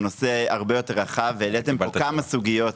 נושא הרבה יותר רחב והעליתם כמה סוגיות.